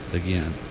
again